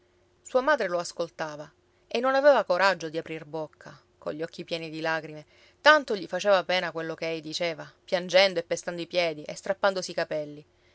sua madre lo ascoltava e non aveva coraggio di aprir bocca cogli occhi pieni di lagrime tanto gli faceva pena quello che ei diceva piangendo e pestando i piedi e strappandosi i capelli